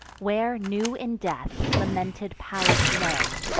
where, new in death, lamented pallas lay.